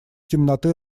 темноты